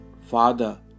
Father